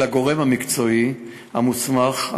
של הגורם המקצועי המוסמך,